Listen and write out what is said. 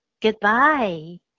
goodbye